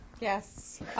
Yes